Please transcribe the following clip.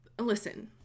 listen